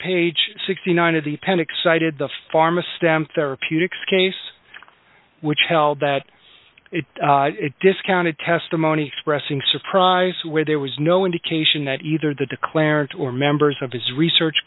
page sixty nine of the pen excited the pharma stem therapeutics case which held that it discounted testimony expressing surprise where there was no indication that either the declarant or members of his research